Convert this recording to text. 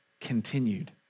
continued